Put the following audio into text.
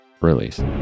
release